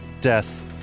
death